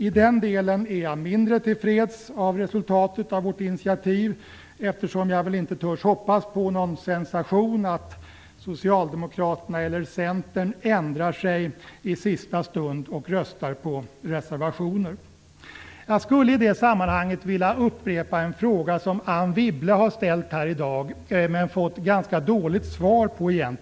I den delen är jag mindre till freds med resultatet av vårt initiativ, eftersom jag inte törs hoppas på någon sensation och att Socialdemokraterna eller Centern ändrar sig i sista stund och röstar på reservationer. Jag skulle i det sammanhanget vilja upprepa en fråga som Anne Wibble har ställt här i dag, men fått ganska dåligt svar på.